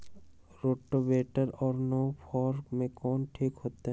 Rotavator और नौ फ़ार में कौन ठीक होतै?